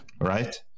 right